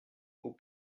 aux